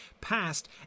passed